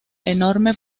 enorme